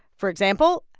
for example,